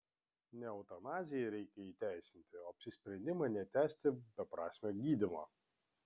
ne eutanaziją reikia įteisinti o apsisprendimą netęsti beprasmio gydymo